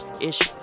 issue